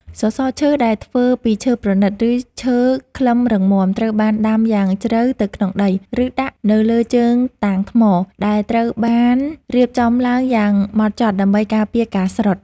សសរឈើដែលធ្វើពីឈើប្រណីត ឬឈើខ្លឹមរឹងមាំ ត្រូវបានដាំយ៉ាងជ្រៅទៅក្នុងដី ឬដាក់នៅលើជើងតាងថ្ម ដែលត្រូវបានរៀបចំឡើងយ៉ាងហ្មត់ចត់ដើម្បីការពារការស្រុត។